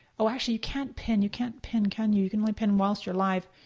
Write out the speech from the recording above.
oh actually you can't pin, you can't pin can you? you can only pin whilst you're live.